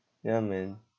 ya man